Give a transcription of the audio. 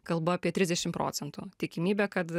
kalba apie trisdešim procentų tikimybė kad